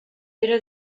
era